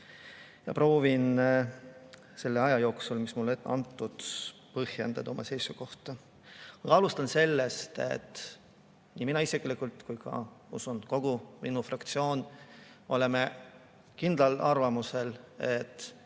Proovin selle aja jooksul, mis mulle antud, ka põhjendada oma seisukohta. Ma alustan sellest, et nii mina isiklikult kui ka, usun, kogu minu fraktsioon oleme kindlal arvamusel, et